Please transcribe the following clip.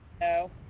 No